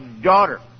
daughter